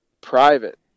private